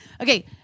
Okay